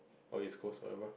or East Coast or whatever